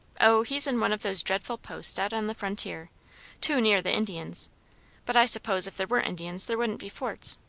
o, he's in one of those dreadful posts out on the frontier too near the indians but i suppose if there weren't indians there wouldn't be forts,